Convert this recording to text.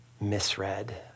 misread